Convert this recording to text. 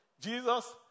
Jesus